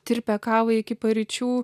tirpią kavą iki paryčių